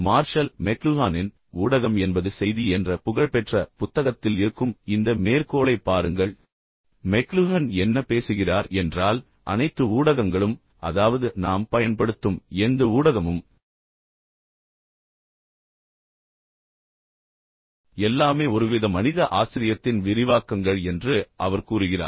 marshal மெக்லுஹானின் ஊடகம் என்பது செய்தி என்ற புகழ்பெற்ற புத்தகத்தில் இருக்கும் இந்த மேற்கோளைப் பாருங்கள் மெக்லுஹன் என்ன பேசுகிறார் என்றால் அனைத்து ஊடகங்களும் அதாவது நாம் பயன்படுத்தும் எந்த ஊடகமும் எல்லாமே ஒருவித மனித ஆசிரியத்தின் விரிவாக்கங்கள் என்று அவர் கூறுகிறார்